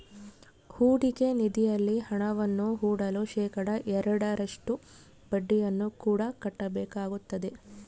ಹೂಡಿಕೆ ನಿಧಿಯಲ್ಲಿ ಹಣವನ್ನು ಹೂಡಲು ಶೇಖಡಾ ಎರಡರಷ್ಟು ಬಡ್ಡಿಯನ್ನು ಕೂಡ ಕಟ್ಟಬೇಕಾಗುತ್ತದೆ